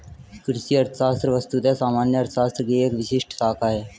कृषि अर्थशास्त्र वस्तुतः सामान्य अर्थशास्त्र की एक विशिष्ट शाखा है